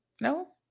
No